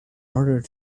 order